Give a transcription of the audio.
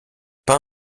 pas